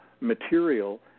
material